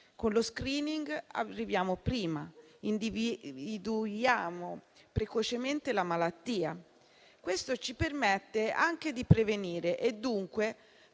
Con lo *screening* arriviamo prima, individuando precocemente la malattia, il che ci permette di prevenire e, dunque,